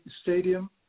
Stadium